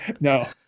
No